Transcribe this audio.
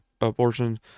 abortion